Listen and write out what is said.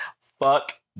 fuck